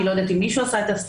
אני לא יודעת אם מישהו עשה אותה,